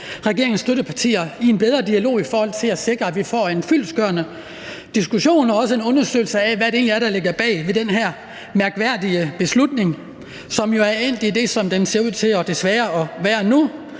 regeringens støttepartier i forhold til at sikre, at vi får en fyldestgørende diskussion og også en undersøgelse af, hvad det egentlig er, der ligger bag den her mærkværdige beslutning, som jo er endt med – sådan som den desværre ser ud